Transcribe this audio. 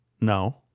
No